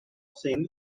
scene